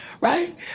right